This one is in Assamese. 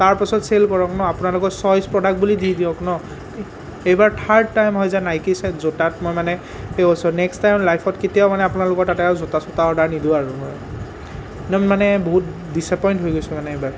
তাৰ পাছত চেল কৰক ন আপোনালোকৰ চইছ প্ৰডাক্ট বুলি দি দিয়ক ন এইবাৰ থাৰ্ড টাইম হয় যে নাইকী চেট জোতাত মই মানে সেই হৈছো নেক্স টাইম লাইফত কেতিয়াও মানে আপোনালোকৰ তাতে আৰু জোতা চোতা অৰ্ডাৰ নিদিওঁ আৰু একদম মানে বহুত ডিছ এপইণ্ট হৈ গৈছো মানে এইবাৰ